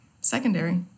secondary